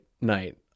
night